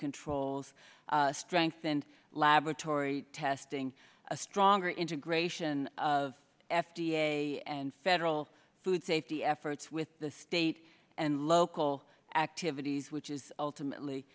controls strengthened laboratory testing a stronger integration of f d a and federal food safety efforts with the state and local activities which is ultimately